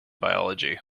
biology